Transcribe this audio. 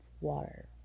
water